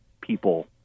people